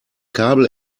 kabel